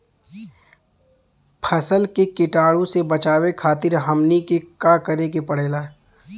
फसल के कीटाणु से बचावे खातिर हमनी के का करे के पड़ेला?